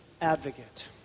advocate